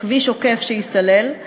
כביש עוקף ייסלל.